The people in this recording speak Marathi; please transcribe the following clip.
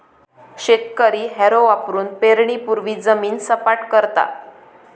शेतकरी हॅरो वापरुन पेरणीपूर्वी जमीन सपाट करता